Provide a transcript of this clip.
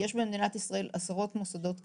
במדינת ישראל יש עשרות מוסדות כאלה.